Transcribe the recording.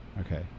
Okay